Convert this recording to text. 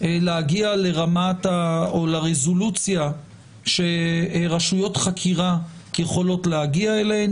להגיע לרזולוציה שרשויות חקירה יכולות להגיע אליהן,